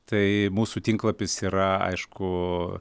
tai mūsų tinklapis yra aišku